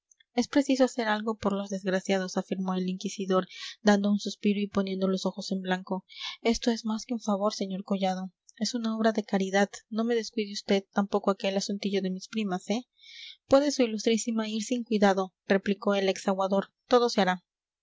es preciso hacer algo por los desgraciados afirmó el inquisidor dando un suspiro y poniendo los ojos en blanco esto es más que un favor sr collado es una obra de caridad no me descuide vd tampoco aquel asuntillo de mis primas eh puede su ilustrísima ir sin cuidado replicó el ex aguador todo se